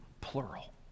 plural